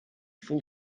full